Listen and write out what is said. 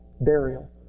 burial